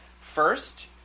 first